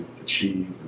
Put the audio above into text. achieve